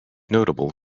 notable